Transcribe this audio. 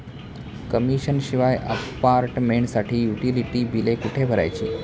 Commission शिवाय अपार्टमेंटसाठी utility बिले कुठे भरायची?